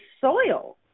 soil